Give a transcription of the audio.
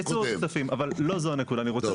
אבל לא זו הנקודה.